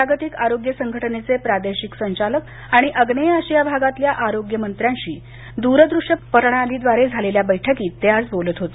जागतिक आरोग्य संघटनेचे प्रादेशिक संचालक आणि आग्नेय अशिया भागतल्या आरोग्य मंत्र्यांशी दूर दृष्य प्रणालीद्वारे झालेल्या बैठकीत ते आज बोलत होते